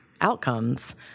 outcomes